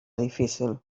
difícil